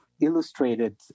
illustrated